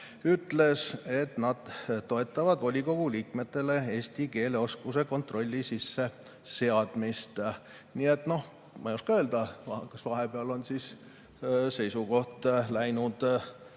ütles, et nad toetavad volikogu liikmete eesti keele oskuse kontrolli sisseseadmist. Nii et noh, ma ei oska öelda, kas vahepeal on seisukoht läinud